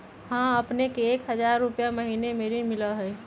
हां अपने के एक हजार रु महीने में ऋण मिलहई?